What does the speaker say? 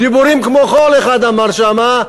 דיבורים כמו חול, אחד אמר שמה.